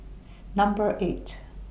Number eight